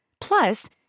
Plus